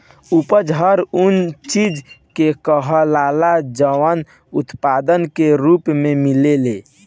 उपज हर उ चीज के कहाला जवन उत्पाद के रूप मे मिले